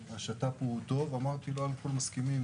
שיתוף הפעולה הוא טוב ואמרתי כבר שלא הכול מסכימים,